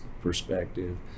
perspective